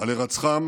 על הירצחם